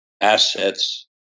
assets